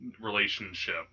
relationship